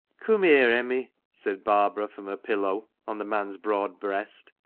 come here, emmie, said barbara from her pillow on the man's broad breast.